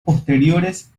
posteriores